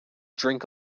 drink